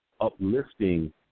uplifting